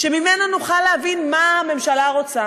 שממנו נוכל להבין מה הממשלה רוצה.